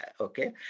Okay